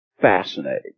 fascinating